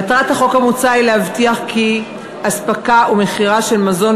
מטרת החוק המוצע היא להבטיח כי אספקה ומכירה של מזון